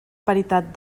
paritat